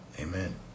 Amen